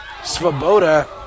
Svoboda